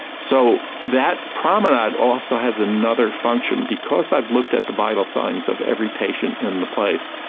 so that promenade also has another function. because i've looked at the vital signs of every patient in the place,